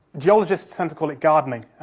geologists tend to call it gardening.